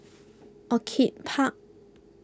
Orchid Park